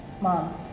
Mom